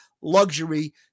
luxury